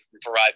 provide